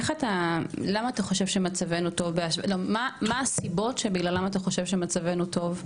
מה הסיבות שבגללן אתה חושב שמצבנו טוב?